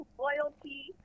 loyalty